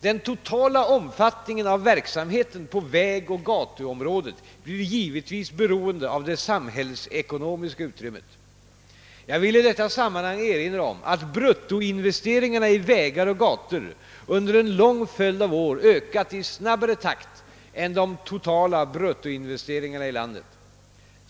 Den totala omfattningen av verksamheten på vägoch gatuområdet blir givetvis beroende av det samhällsekonomiska utrymmet. Jag vill i detta sammanhang erinra om att bruttoinvesteringarna i vägar och gator under en lång följd av år ökat i snabbare takt än de totala bruttoinvesteringarna i landet.